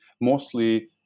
mostly